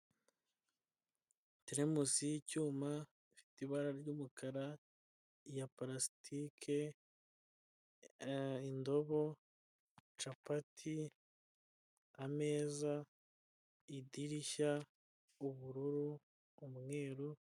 Icyumba kigari gitatse neza gifite ibikuta by'umweru, hicayemo abagore n'abagabo bisa nk'aho bari mu nama, imbere yabo hateretse amacupa y'icyo kunywa, imashini ndetse n'igikapu.